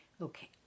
Okay